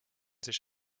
sich